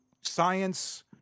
science